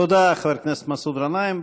תודה, חבר הכנסת מסעוד גנאים.